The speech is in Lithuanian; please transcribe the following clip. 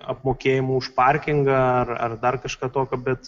apmokėjimų už parkingą ar ar dar kažką tokio bet